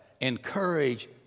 Encourage